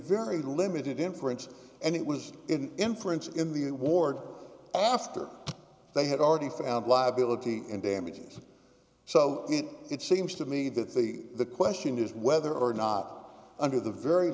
very limited inference and it was in inference in the ward after they had already found liability in damages so it it seems to me that the the question is whether or not under the very